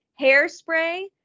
Hairspray